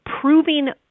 proving